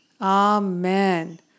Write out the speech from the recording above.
Amen